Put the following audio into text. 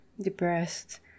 depressed